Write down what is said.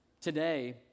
today